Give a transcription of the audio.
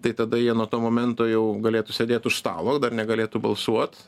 tai tada jie nuo to momento jau galėtų sėdėt už stalo dar negalėtų balsuot